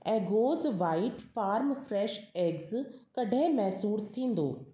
Eggoz white farm fresh eggs कडहिं मुयसरु थींदो